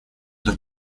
так